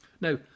Now